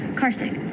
carsick